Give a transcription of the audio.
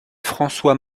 francois